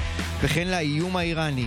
אין.